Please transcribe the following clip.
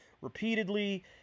repeatedly